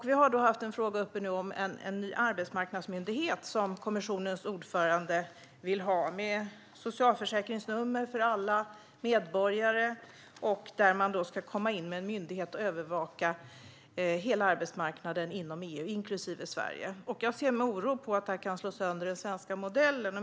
Vi har haft frågan uppe om en ny arbetsmarknadsmyndighet som kommissionens ordförande vill ha och som bland annat ska innebära socialförsäkringsnummer för alla medborgare - man ska komma in med en myndighet och övervaka hela arbetsmarknaden inom EU inklusive Sverige. Jag är orolig för att detta kan slå sönder den svenska modellen.